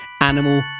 animal